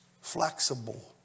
flexible